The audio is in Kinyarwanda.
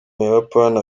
buyapani